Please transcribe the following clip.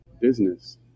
business